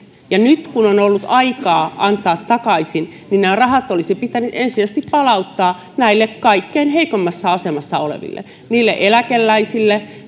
ja nyt kun olisi ollut aika antaa takaisin nämä rahat olisi pitänyt ensisijaisesti palauttaa näille kaikkein heikoimmassa asemassa oleville niille eläkeläisille